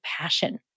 passion